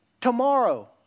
tomorrow